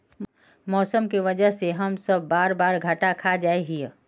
मौसम के वजह से हम सब बार बार घटा खा जाए हीये?